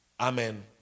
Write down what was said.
Amen